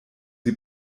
sie